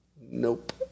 Nope